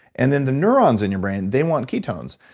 and then the neurons in your brain, they want ketones,